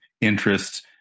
interests